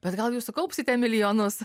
bet gal jūs sukaupsite milijonus